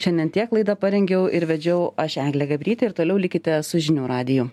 šiandien tiek laidą parengiau ir vedžiau aš eglė gabrytė ir toliau likite su žinių radiju